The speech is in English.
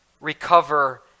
recover